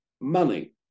money